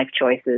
choices